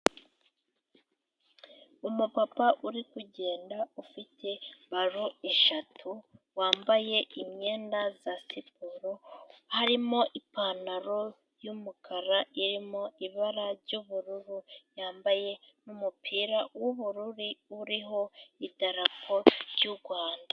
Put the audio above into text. Umupapa uri kugenda ufite balo eshatu wambaye imyenda ya siporo harimo ipantaro y'umukara irimo ibara ry'ubururu yambaye n'umupira w'ubururu uriho idarapo ry'u Rwanda.